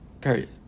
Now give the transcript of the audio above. Period